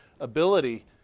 ability